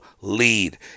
lead